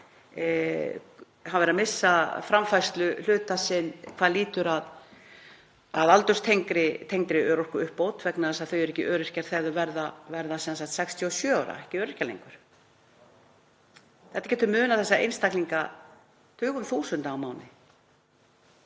hafa verið að missa framfærsluhluta sinn hvað lýtur að aldurstengdri örorkuuppbót vegna þess að þau eru ekki öryrkjar þegar þau verða 67 ára, ekki öryrkjar lengur. Þarna getur munað tugum þúsunda á mánuði